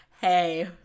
Hey